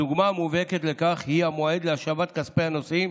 הדוגמה המובהקת לכך היא המועד להשבת כספי הנוסעים,